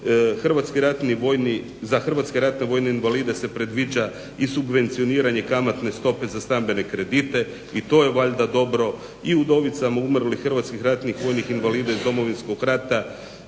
invalida i to je dobro. Za hrvatske ratne vojne invalide se predviđa i subvencioniranje kamatne stope za stambene kredite, i to je valjda dobro. I udovicama umrlih hrvatskih ratnih vojnih invalida iz Domovinskog rata